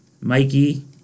Mikey